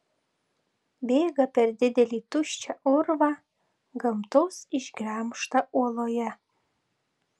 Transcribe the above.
bėga per didelį tuščią urvą gamtos išgremžtą uoloje